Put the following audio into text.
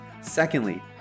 Secondly